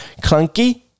clunky